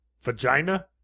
Vagina